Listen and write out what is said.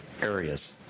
areas